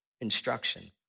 instruction